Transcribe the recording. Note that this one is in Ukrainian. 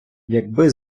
якби